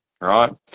right